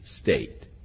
state